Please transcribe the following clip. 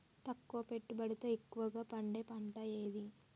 తక్కువ పెట్టుబడితో ఎక్కువగా పండే పంట ఏది?